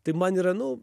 tai man yra nu